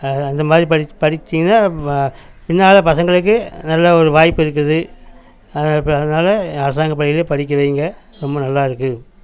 அந்த மாதிரி படிச் படிச்சிங்கன்னால் வா பின்னால் பசங்களுக்கு நல்ல ஒரு வாய்ப்பு இருக்குது அதனால் இப்போ அதனால் அரசாங்க பள்ளியில் படிக்க வையுங்க ரொம்ப நல்லாயிருக்கு